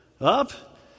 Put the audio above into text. Up